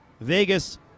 Vegas –